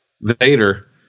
Vader